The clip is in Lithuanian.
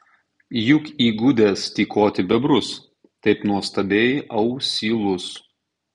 juk įgudęs tykoti bebrus taip nuostabiai ausylus